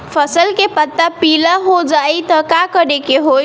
फसल के पत्ता पीला हो जाई त का करेके होई?